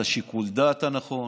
את שיקול הדעת הנכון.